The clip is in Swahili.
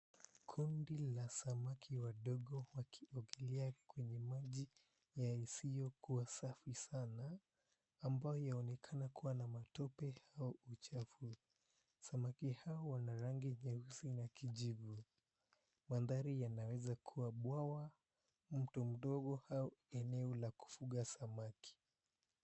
Kundi la samaki adogo wakiongelea kwenye maji yasiyokuwa safi sana, ambayo inaonekana kuwa na matope au uchafu. Samaki hao wana rangi nyeusi na kijivu. Mandhari yanaweza kuwa bwawa, mto mdogo, au eneo la kufuga samaki.